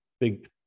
big